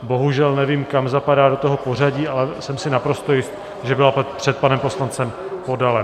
Bohužel nevím, kam zapadá do toho pořadí, ale jsem si naprosto jist, že byla před panem poslancem Podalem.